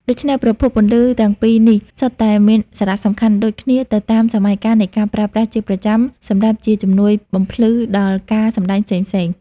ដូច្នេះប្រភពពន្លឺទាំងពីរនេះសុទ្ធតែមានសារៈសំខាន់ដូចគ្នាទៅតាមសម័យកាលនៃការប្រើប្រាស់ជាប្រចាំសម្រាប់ជាជំនួយបំភ្លឺដល់ការសម្តែងផ្សេងៗ។